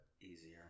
easier